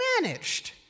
managed